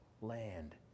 land